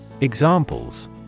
Examples